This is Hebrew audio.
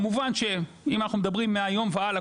כמובן שאם אנחנו מדברים מהיום והלאה,